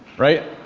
right?